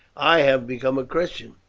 i have become a christian.